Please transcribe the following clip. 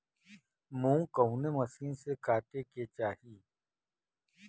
मूंग कवने मसीन से कांटेके चाही?